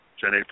Jenny